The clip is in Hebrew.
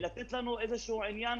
לתת לנו איזה עניין